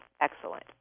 excellent